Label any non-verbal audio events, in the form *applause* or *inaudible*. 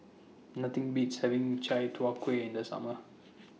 Nothing Beats having *noise* Chai Tow Kuay in The Summer *noise*